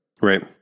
Right